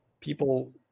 People